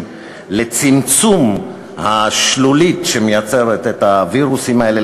לצמצום השלולית שמייצרת את הווירוסים האלה.